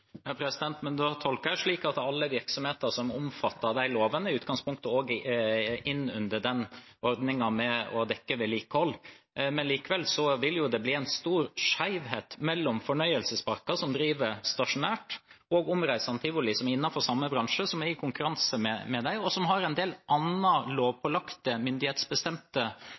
Da tolker jeg det slik at alle virksomheter som omfattes av de lovene i utgangspunktet òg går inn under ordningene med å dekke vedlikehold. Likevel vil det bli en stor skjevhet mellom fornøyelsesparker som driver stasjonært, og omreisende tivoli som er innenfor samme bransje og er i konkurranse med dem, men som har en del andre lovpålagte myndighetsbestemte